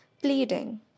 Pleading